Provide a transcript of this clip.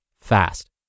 fast